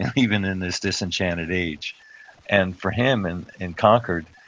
even in this disenchanted age and for him and in concord,